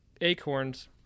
acorns